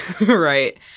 right